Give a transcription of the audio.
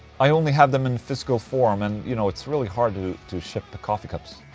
i only have them in physical form and you know, it's really hard to to ship the coffee cups